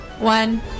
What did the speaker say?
One